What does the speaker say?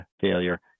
failure